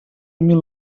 mil